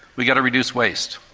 we've got to reduce waste.